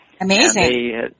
Amazing